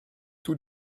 tout